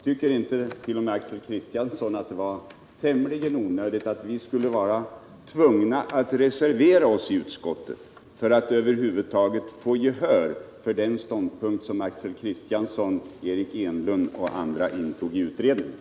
Tycker inte t.o.m. Axel Kriss tiansson att det var tämligen onödigt att vi skulle vara tvungna att re — Jordbrukspolitiken, servera oss i utskottet för att över huvud taget få gehör för den ståndpunkt = m.m. som Axel Kristiansson, Eric Enlund och andra intog i utredningen?